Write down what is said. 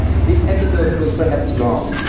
this episode was perhaps long,